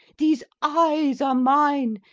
these eyes are mine,